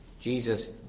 Jesus